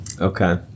Okay